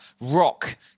rock